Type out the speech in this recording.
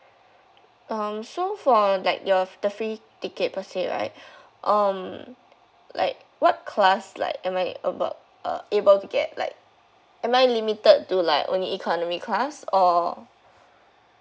um so for like your the free ticket per se right um like what class like am I about uh able to get like am I limited to like only economy class or